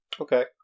Okay